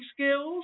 skills